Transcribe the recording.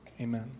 Amen